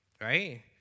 right